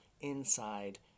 inside